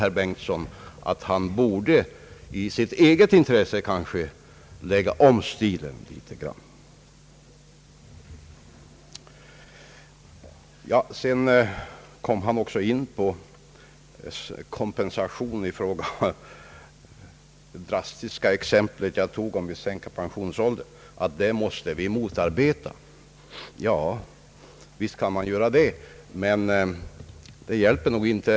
Herr Bengtson kom också in på att vi måste motarbeta kompensationstänkandet i anledning av det drastiska exempel jag nämnde på tal om att vi skulle sänka pensionsåldern. Visst kan man göra det, men det hjälper nog inte.